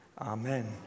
Amen